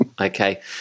Okay